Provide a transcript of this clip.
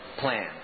plan